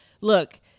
Look